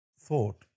thought